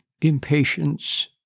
impatience